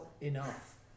enough